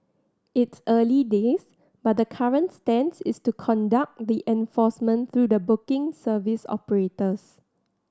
it's early days but the current stance is to conduct the enforcement through the booking service operators